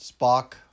Spock